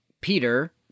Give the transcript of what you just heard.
Peter